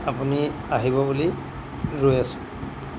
আপুনি আহিব বুলি ৰৈ আছোঁ